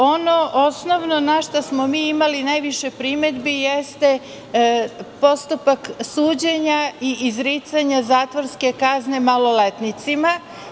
Ono osnovno na šta smo mi imali najviše primedbi jeste postupak suđenja i izricanja zatvorske kazne maloletnicima.